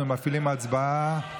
אנחנו מפעילים הצבעה.